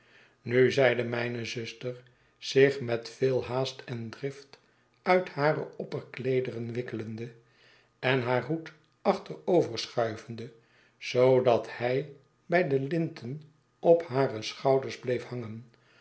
nu zeide mijne zuster zich met veel haast en drift uit hare opperkleederen wikkelende en haar hoed achteroverschuivende zoodat hij bij de linten op hare schouders bleef hangen